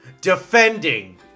defending